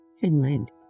Finland